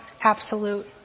absolute